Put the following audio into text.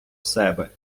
себе